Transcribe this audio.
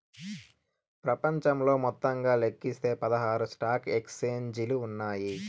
ప్రపంచంలో మొత్తంగా లెక్కిస్తే పదహారు స్టాక్ ఎక్స్చేంజిలు ఉన్నాయి